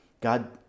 God